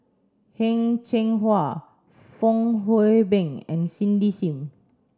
Heng Cheng Hwa Fong Hoe Beng and Cindy Sim